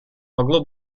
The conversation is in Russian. могло